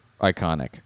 iconic